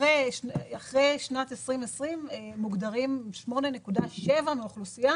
-- אחרי שנת 2020 מוגדרים 8.7% מהאוכלוסייה